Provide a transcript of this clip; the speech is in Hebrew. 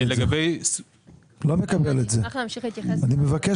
אני מבקש